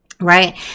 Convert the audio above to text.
right